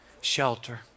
Shelter